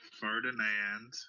Ferdinand